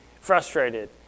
frustrated